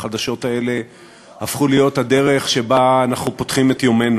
החדשות האלה הפכו להיות הדרך שבה אנחנו פותחים את יומנו.